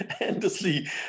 endlessly